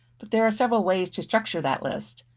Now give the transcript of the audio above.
but there are several ways to structure that list.